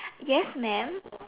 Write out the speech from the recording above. yes mam